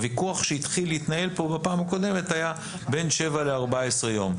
הוויכוח שהתחיל להתנהל כאן בפעם הקודמת היה בין שבעה ל-14 ימים.